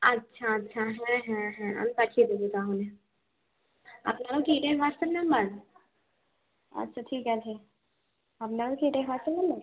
আচ্ছা আচ্ছা হ্যাঁ হ্যাঁ হ্যাঁ আমি পাঠিয়ে দেব তাহলে আপনারও কি এটাই হোয়াটসঅ্যাপ নাম্বার আচ্ছা ঠিক আছে আপনারও কি এটাই হোয়াটসঅ্যাপ নাম্বার